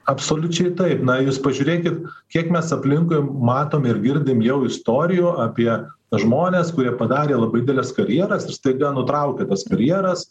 absoliučiai taip na jūs pažiūrėkit kiek mes aplinkui matom ir girdim jau istorijų apie žmones kurie padarė labai dideles karjeras ir staiga nutraukė tas karjeras